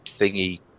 thingy